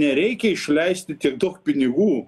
nereikia išleisti tiek daug pinigų